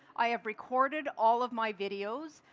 i have recorded all of my videos.